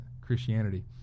Christianity